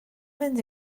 fynd